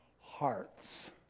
hearts